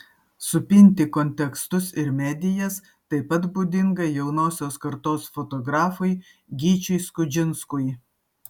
supinti kontekstus ir medijas taip pat būdinga jaunosios kartos fotografui gyčiui skudžinskui